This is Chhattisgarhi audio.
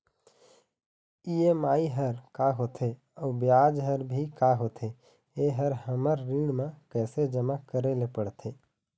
ई.एम.आई हर का होथे अऊ ब्याज हर भी का होथे ये हर हमर ऋण मा कैसे जमा करे ले पड़ते?